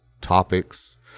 topics